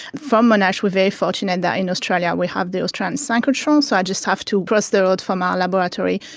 from monash, we are very fortunate that in australia we have the australian synchrotron, so i just have to cross the road from our laboratory.